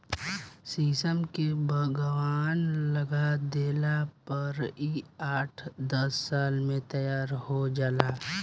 शीशम के बगवान लगा देला पर इ आठ दस साल में तैयार हो जाला